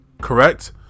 correct